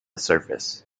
surface